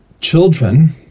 children